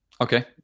Okay